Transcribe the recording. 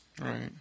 Right